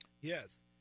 Yes